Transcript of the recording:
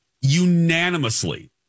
unanimously